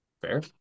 Fair